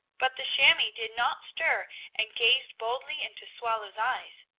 but the chamois did not stir and gazed boldly into swallow's eyes.